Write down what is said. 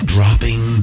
Dropping